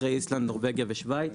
אחרי איסלנד נורבגיה ושוויץ.